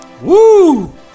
Woo